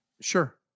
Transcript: Sure